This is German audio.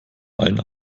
allen